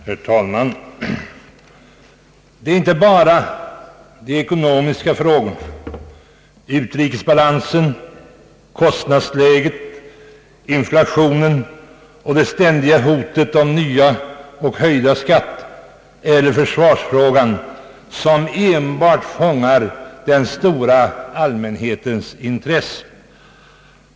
Herr talman! Det är inte bara de ekonomiska frågorna — handelsbalansen, kostnadsläget, inflationen, det ständiga hotet om nya och höjda skatter — eller försvarsfrågan som fångar den stora allmänhetens intresse.